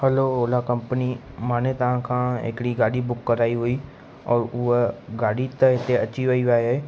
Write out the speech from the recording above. hello Ola company माने तव्हांखां हिकिड़ी गाॾी बुक कराई हुई औरि उहा गाॾी त हिते अची वई आहे